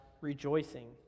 rejoicing